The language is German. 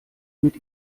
mit